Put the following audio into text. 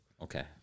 Okay